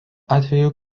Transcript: atveju